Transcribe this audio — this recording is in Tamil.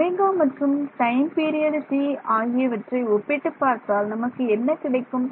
ஒமேகா மற்றும் டைம் பீரியட் T ஆகியவற்றை ஒப்பிட்டுப் பார்த்தால் நமக்கு என்ன கிடைக்கும்